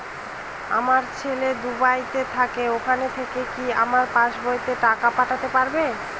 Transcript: আমার ছেলে দুবাইতে থাকে ওখান থেকে কি আমার পাসবইতে টাকা পাঠাতে পারবে?